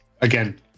again